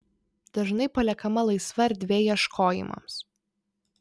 dažnai paliekama laisva erdvė ieškojimams